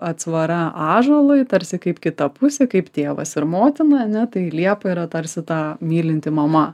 atsvara ąžuolui tarsi kaip kita pusė kaip tėvas ir motina ane tai liepa yra tarsi ta mylinti mama